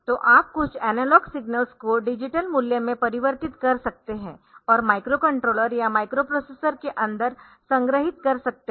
तो आप कुछ एनालॉग सिग्नल्स को डिजिटल मूल्य में परिवर्तित कर सकते है और माइक्रोकंट्रोलर या माइक्रोप्रोसेसर के अंदर संग्रहीत कर सकते है